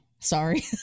Sorry